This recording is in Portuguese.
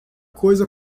coisa